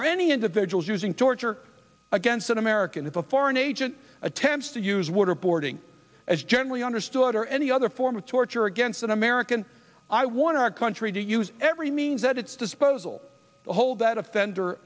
or any individuals using torture against an american if a foreign agent attempts to use waterboarding as generally understood or any other form of torture against an american i want our country to use every means at its disposal to hold that offender